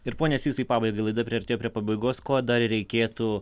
ir pone sysai pabaigai laida priartėjo prie pabaigos ko dar reikėtų